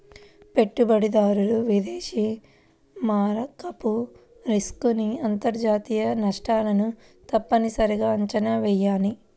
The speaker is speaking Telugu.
పెట్టుబడిదారులు విదేశీ మారకపు రిస్క్ ని అంతర్జాతీయ నష్టాలను తప్పనిసరిగా అంచనా వెయ్యాలి